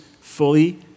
fully